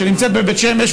שנמצאת בבית שמש,